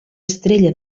estrella